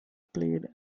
played